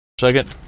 Second